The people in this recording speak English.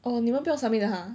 oh 你们不用 submit 的哈